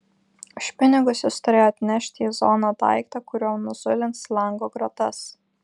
už pinigus jis turėjo atnešti į zoną daiktą kuriuo nuzulins lango grotas